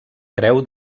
creu